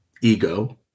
ego